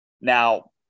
now